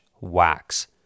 wax